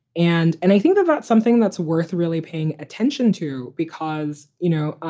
and and i think that that's something that's worth really paying attention to because, you know,